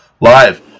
live